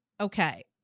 Okay